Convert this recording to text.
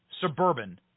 suburban